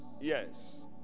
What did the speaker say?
Yes